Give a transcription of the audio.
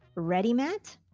ready, matt?